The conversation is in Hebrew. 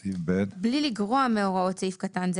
(ב) בלי לגרוע מהוראות סעיף קטן (א),